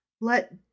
Let